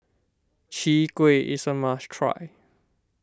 Chwee Kueh is a must try